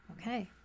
Okay